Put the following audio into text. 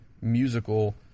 musical